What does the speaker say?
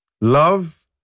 Love